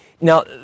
Now